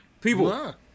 people